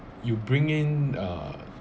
you bring in uh